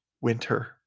Winter